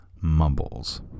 Mumbles